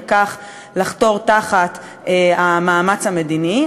וכך לחתור תחת המאמץ המדיני,